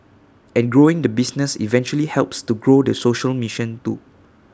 and growing the business eventually helps to grow the social mission too